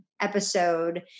episode